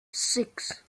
six